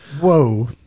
Whoa